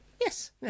Yes